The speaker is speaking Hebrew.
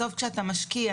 בסוף, כשאתה משקיע